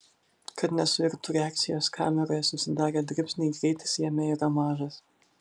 kad nesuirtų reakcijos kameroje susidarę dribsniai greitis jame yra mažas